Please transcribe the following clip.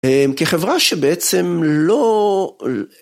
כחברה שבעצם לא.